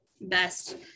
best